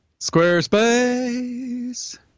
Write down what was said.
Squarespace